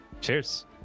Cheers